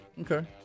Okay